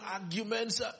arguments